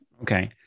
Okay